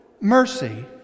mercy